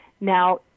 Now